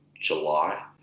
July